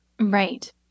Right